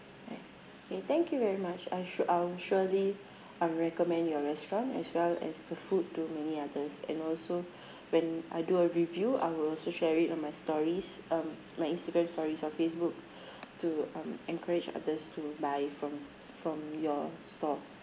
alright okay thank you very much I should I'll surely um recommend your restaurant as well as the food to many others and also when I do a review I'll also share it on my stories um my instagram stories or facebook to um encourage others to buy from from your store